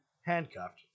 Handcuffed